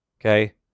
Okay